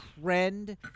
trend